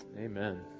Amen